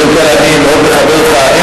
קודם כול, אני מאוד מכבד אותך.